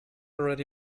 already